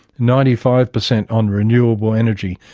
ninety five percent on renewable energy,